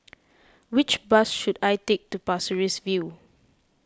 which bus should I take to Pasir Ris View